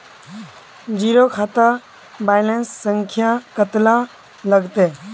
Zero खाता balance संख्या कतला लगते?